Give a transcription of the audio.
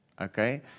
okay